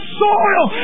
soil